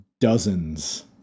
dozens